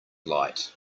light